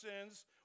sins